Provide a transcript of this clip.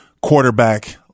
quarterback